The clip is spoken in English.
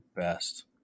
best